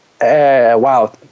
Wow